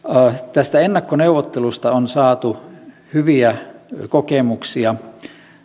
tästä ennakkoneuvottelusta on saatu hyviä kokemuksia